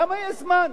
למה יש זמן?